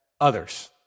others